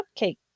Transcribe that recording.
cupcake